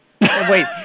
Wait